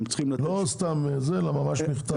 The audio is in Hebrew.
לא סתם אלא ממש מכתב.